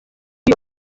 uyu